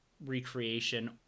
recreation